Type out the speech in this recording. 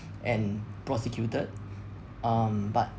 and prosecuted um but